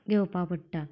घेवपाक पडटा